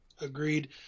Agreed